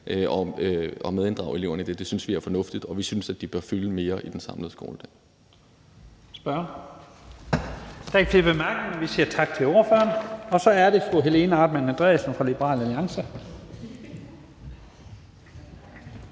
og medinddrage eleverne i det, synes vi er fornuftigt, og vi synes, at de bør fylde mere i den samlede skoledag.